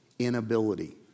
inability